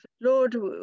Lord